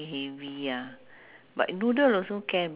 rental ah usually they all rental